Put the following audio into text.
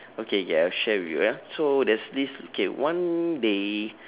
okay okay I will share with you ah so there's this okay one day